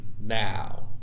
now